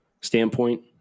standpoint